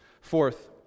Fourth